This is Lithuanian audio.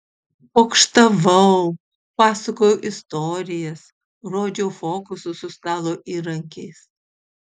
pokštavau pasakojau istorijas rodžiau fokusus su stalo įrankiais